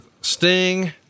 Sting